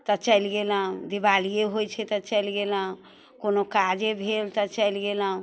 तऽ चलि गेलहुँ दिवालिए होइत छै तऽ चलि गेलहुँ कोनो काजे भेल तऽ चलि गेलहुँ